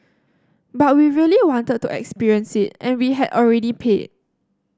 but we really wanted to experience it and we had already paid